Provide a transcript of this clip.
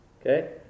Okay